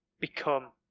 become